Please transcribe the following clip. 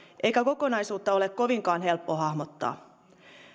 eikä kokonaisuutta ole kovinkaan helppo hahmottaa